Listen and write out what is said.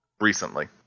recently